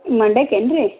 ಮಂಡ್ಯಕ್ಕೇನು ರೀ